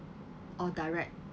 or direct